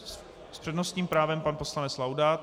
S přednostním právem pan poslanec Laudát.